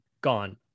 Gone